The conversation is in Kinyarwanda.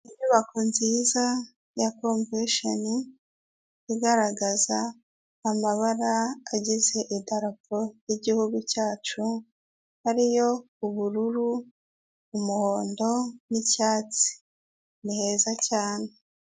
Inyubako nziza ya komvesheni (convetion) igaragaza amabara agize idarapo yigihugu cyacu ariyo ubururu ,umuhondo n'icyatsi niheza cyane.